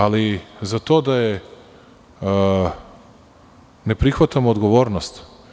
Ali, za to da je ne prihvatam odgovornost.